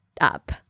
up